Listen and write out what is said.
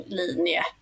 linje